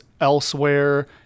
elsewhere